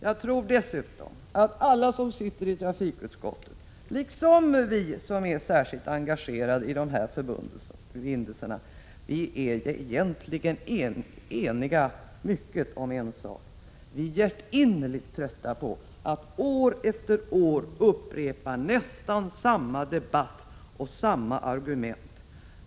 Jag tror dessutom att alla som sitter i trafikutskottet — liksom vi som är särskilt engagerade i Öresundsförbindelserna — egentligen är eniga om en sak: vi är hjärtinnerligt trötta på att år efter år upprepa nästan samma debatt och samma argument.